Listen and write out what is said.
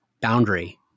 boundary